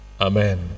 Amen